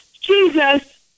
Jesus